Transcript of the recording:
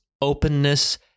openness